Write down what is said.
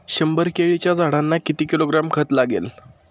शंभर केळीच्या झाडांना किती किलोग्रॅम खत लागेल?